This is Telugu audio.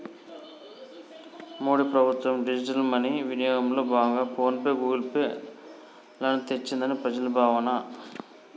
మోడీ ప్రభుత్వం డిజిటల్ మనీ వినియోగంలో భాగంగా ఫోన్ పే, గూగుల్ పే లను తెచ్చిందని ప్రజల భావన